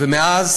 ומאז